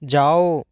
जाओ